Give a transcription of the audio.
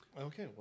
Okay